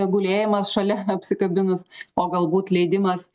gulėjimas šalia apsikabinus o galbūt leidimas